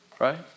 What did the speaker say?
Right